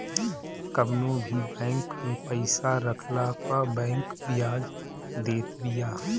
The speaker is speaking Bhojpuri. कवनो भी बैंक में पईसा रखला पअ बैंक बियाज देत बिया